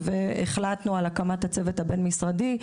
והחלטנו על הקמת הצוות הבין-משרדי,